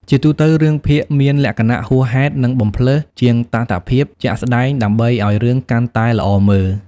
ជាទូទៅ រឿងភាគមានលក្ខណៈហួសហេតុនិងបំផ្លើសជាងតថភាពជាក់ស្តែងដើម្បីឲ្យរឿងកាន់តែល្អមើល។